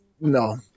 no